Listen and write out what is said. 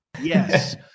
Yes